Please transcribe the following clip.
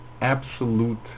absolute